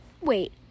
wait